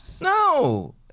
No